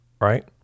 right